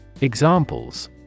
Examples